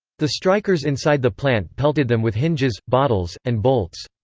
the strikers inside the plant pelted them with hinges, bottles, and bolts.